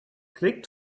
click